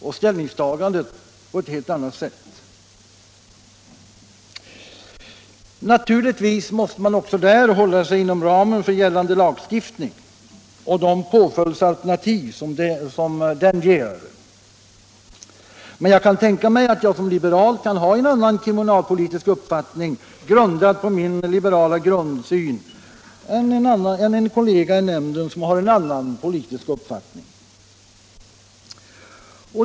Naturligtvis måste man också när det gäller påföljdsfrågan hålla sig inom ramen för gällande lagstiftning och de alternativ som den ger. Men jag kan tänka mig att jag som liberal kan ha en annan kriminalpolitisk uppfattning — grundad på min liberala grunduppfattning — än en kollega i nämnden som har en annan politisk uppfattning.